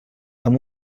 amb